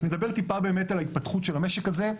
נדבר טיפה באמת על ההתפתחות של המשק הזה.